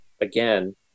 again